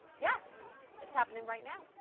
yeah it's happening right now.